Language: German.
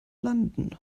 landen